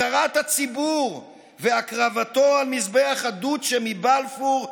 הפקרת הציבור והקרבתו על מזבח הדוצ'ה מבלפור,